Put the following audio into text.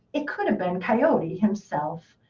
it could have been coyote himself.